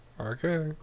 Okay